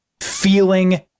feeling